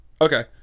Okay